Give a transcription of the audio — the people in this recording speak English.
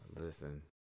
Listen